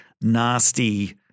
nasty